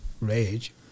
rage